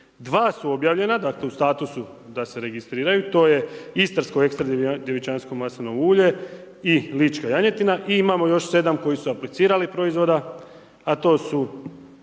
Dva su objavljena, dakle u statusu da se registriraju. To je istarsko ekstra djevičansko maslinovo ulje i lička janjetina. I imamo još 7 koji su aplicirali proizvoda a to su